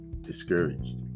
discouraged